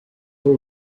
toe